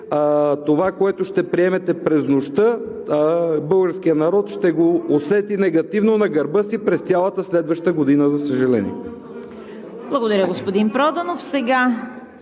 Това, което ще приемете през нощта, българският народ ще го усети негативно на гърба си през цялата следваща година, за съжаление. ПРЕДСЕДАТЕЛ ЦВЕТА